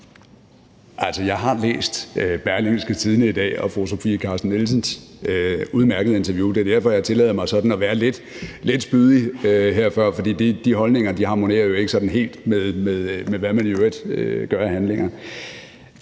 jeg har læst Berlingske i dag og fru Sofie Carsten Nielsens udmærkede interview. Det er derfor, jeg tillod mig at være lidt spydig lige før, for de holdninger harmonerer jo ikke sådan helt med, hvad man i øvrigt udfører af handlinger.